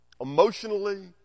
emotionally